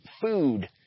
food